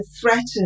threatened